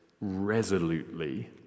resolutely